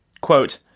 Quote